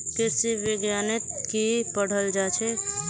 कृषि विज्ञानत की पढ़ाल जाछेक